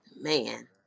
Man